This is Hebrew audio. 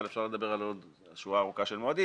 אבל אפשר לדבר על עוד שורה ארוכה של מועדים.